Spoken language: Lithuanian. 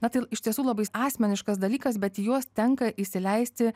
na tai iš tiesų labai asmeniškas dalykas bet į juos tenka įsileisti